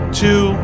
two